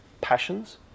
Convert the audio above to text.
passions